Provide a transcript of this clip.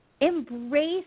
embrace